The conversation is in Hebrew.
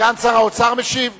סגן שר האוצר משיב?